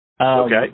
Okay